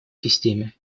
системе